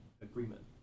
agreement